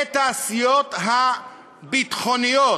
והתעשיות הביטחוניות,